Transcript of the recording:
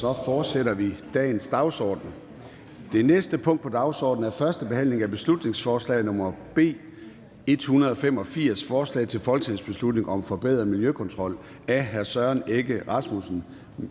hurtigst muligt. --- Det næste punkt på dagsordenen er: 6) 1. behandling af beslutningsforslag nr. B 185: Forslag til folketingsbeslutning om forbedret miljøkontrol. Af Søren Egge Rasmussen